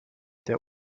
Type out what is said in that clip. der